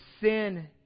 sin